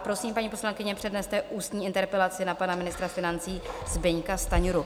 Prosím, paní poslankyně, předneste ústní interpelaci na pana ministra financí Zbyňka Stanjuru.